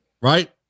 Right